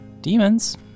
demons